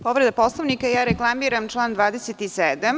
Povreda Poslovnika, reklamiram član 27.